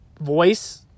voice